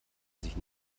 sich